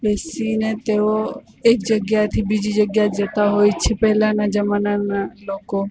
બેસીને તેઓ એક જગ્યાથી બીજી જગ્યા જતા હોય છે પહેલાંના જમાનાના લોકો